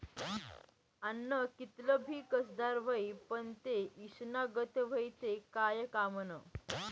आन्न कितलं भी कसदार व्हयी, पन ते ईषना गत व्हयी ते काय कामनं